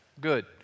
Good